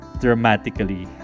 dramatically